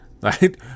right